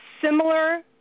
similar